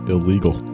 Illegal